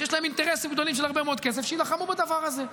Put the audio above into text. שיש להם אינטרסים גדולים של הרבה מאוד כסף שיילחמו בדבר הזה.